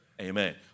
amen